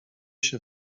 się